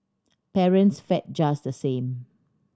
parents fared just the same